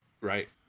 right